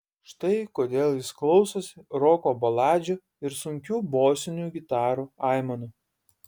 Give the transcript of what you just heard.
štai kodėl jis klausosi roko baladžių ir sunkių bosinių gitarų aimanų